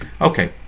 Okay